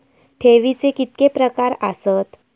ठेवीचे कितके प्रकार आसत?